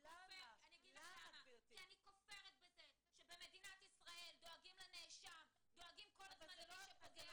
אני כופרת בזה שבמדינת ישראל דואגים לנאשם ולמי שפוגע.